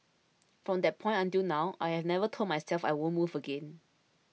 from that point until now I have never told myself I won't move again